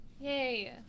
Yay